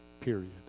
Period